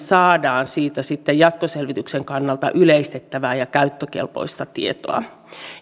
saamme siitä sitten jatkoselvityksen kannalta yleistettävää ja käyttökelpoista tietoa